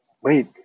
wait